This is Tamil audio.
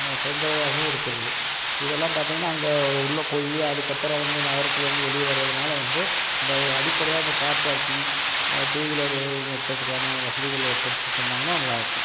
தொந்தரவாகவும் இருக்கிறது இதெல்லாம் பார்த்திங்கன்னா அங்கே உள்ள போய் அதுக்கப்புறம் வந்து நகர்ப்புறத்லேருந்து வெளியே வரதனால வந்து இந்த அடிப்படையாக இந்த கார் பார்க்கிங் டூ வீலர் நிறுத்துகிறதுக்கான வசதிகள் ஏற்படுத்தி தந்தாங்கன்னால் நல்லாயிருக்கும்